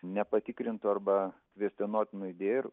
nepatikrintų arba kvestionuotinų idėjų ir